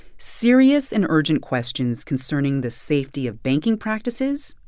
serious and urgent questions concerning the safety of banking practices,